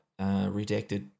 redacted